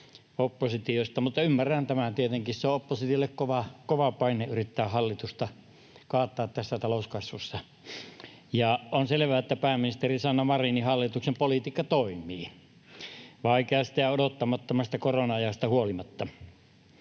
oppositiosta, mutta ymmärrän tämän — tietenkin on oppositiolle kova paine yrittää hallitusta kaataa tässä talouskasvussa. On selvää, että pääministeri Sanna Marinin hallituksen politiikka toimii vaikeasta ja odottamattomasta korona-ajasta huolimatta.